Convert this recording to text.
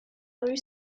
rue